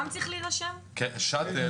אתה מזמין